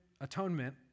atonement